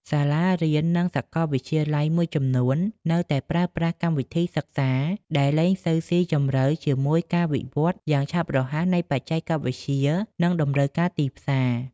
សាលារៀន និងសាកលវិទ្យាល័យមួយចំនួននៅតែប្រើប្រាស់កម្មវិធីសិក្សាដែលលែងសូវស៊ីជម្រៅជាមួយការវិវត្តន៍យ៉ាងឆាប់រហ័សនៃបច្ចេកវិទ្យា និងតម្រូវការទីផ្សារ។